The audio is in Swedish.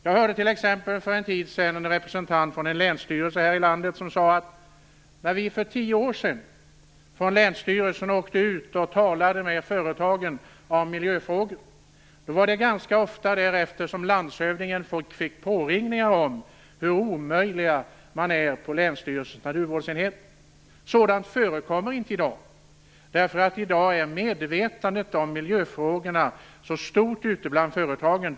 Jag hörde t.ex. för en tid sedan en representant för en länsstyrelse här i landet säga: När vi för tio år sedan från länsstyrelsen åkte ut och talade med företagen om miljöfrågor fick landshövdingen ganska ofta därefter påringningar om hur omöjliga de är på länsstyrelsens naturvårdsenhet. Sådant förekommer inte i dag, därför att i dag är medvetandet om miljöfrågorna så stort ute bland företagen.